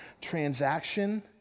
transaction